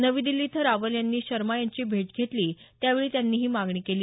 नवी दिल्ली इथं रावल यांनी शर्मा यांची भेट घेतली त्यावेळी त्यांनी ही मागणी केली